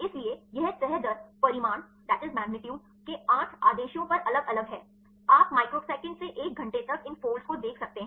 इसलिए ये तह दर परिमाण के आठ आदेशों पर अलग अलग हैं आप माइक्रोसेकंड से एक घंटे तक इन फोल्ड्स को देख सकते हैं